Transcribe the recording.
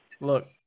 Look